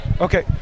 Okay